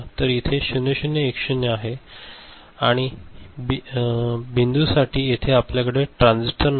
तर इथे 0 0 1 0 आहे आणि बिंदूसाठी येथे आपल्याकडे ट्रान्झिस्टर नाही